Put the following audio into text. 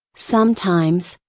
sometimes,